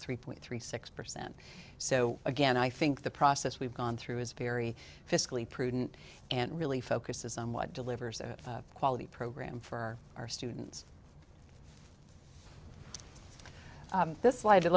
three point three six percent so again i think the process we've gone through is very fiscally prudent and really focuses on what delivers a quality program for our students this sli